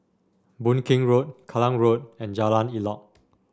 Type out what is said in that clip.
Boon Keng Road Kallang Road and Jalan Elok